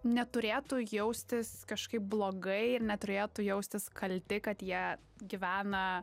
neturėtų jaustis kažkaip blogai ir neturėtų jaustis kalti kad jie gyvena